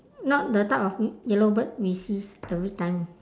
not the type of yellow bird we sees every time